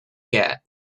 get